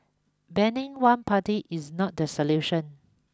banning one party is not the solution